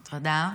תודה.